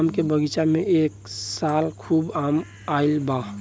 आम के बगीचा में ए साल खूब आम आईल बा